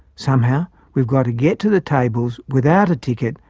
somehow, we've got to get to the tables, without a ticket,